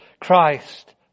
Christ